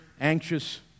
anxious